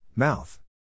Mouth